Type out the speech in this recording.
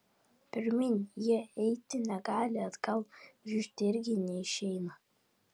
pirmyn jie eiti negali atgal grįžti irgi neišeina